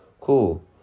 Cool